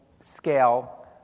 scale